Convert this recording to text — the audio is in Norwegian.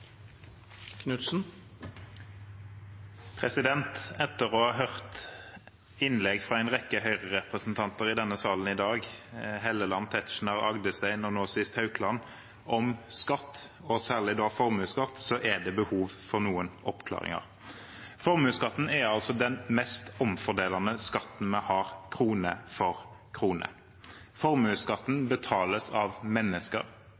Etter å ha hørt innlegg fra en rekke Høyre-representanter i denne salen i dag – representantene Helleland, Tetzschner, Rodum Agdestein og nå sist Haukland – om skatt, og særlig formuesskatt, er det behov for noen oppklaringer. Formuesskatten er altså den mest omfordelende skatten vi har, krone for krone. Formuesskatten betales av mennesker,